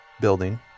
building